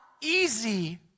easy